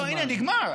לא, הינה, נגמר.